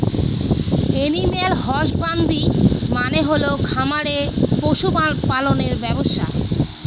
animal husbandry মানে হল খামারে পশু পালনের ব্যবসা